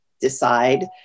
decide